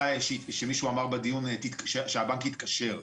שמישהו העיר בדיון ואמר שהבנק יתקשר.